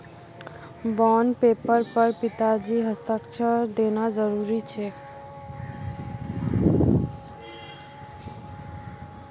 bond पेपरेर पर पिताजीर हस्ताक्षर होना जरूरी छेक